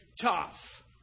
tough